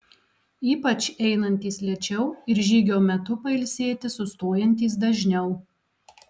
ypač einantys lėčiau ir žygio metu pailsėti sustojantys dažniau